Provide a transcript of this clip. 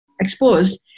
exposed